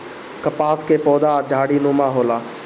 कपास कअ पौधा झाड़ीनुमा होला